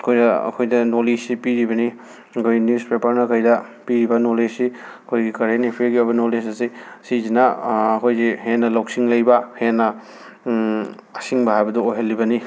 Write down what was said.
ꯑꯩꯈꯣꯏꯗ ꯑꯩꯈꯣꯏꯗ ꯅꯣꯂꯦꯁꯁꯤ ꯄꯤꯔꯤꯕꯅꯤ ꯑꯩꯈꯣꯏ ꯅ꯭ꯌꯨꯁꯄꯦꯄꯔꯅ ꯀꯩꯗ ꯄꯤꯔꯤꯕ ꯅꯣꯂꯦꯁꯁꯤ ꯑꯩꯈꯣꯏꯒꯤ ꯀꯔꯦꯟ ꯑꯦꯐ꯭ꯌꯒꯤ ꯑꯣꯏꯕ ꯅꯣꯂꯦꯁ ꯑꯁꯤ ꯁꯤꯁꯤꯅ ꯑꯩꯈꯣꯏꯁꯤ ꯍꯦꯟꯅ ꯂꯧꯁꯤꯡ ꯂꯩꯕ ꯍꯦꯟꯅ ꯑꯁꯤꯡꯕ ꯍꯥꯏꯕꯗꯨ ꯑꯣꯏꯍꯜꯂꯤꯕꯅꯤ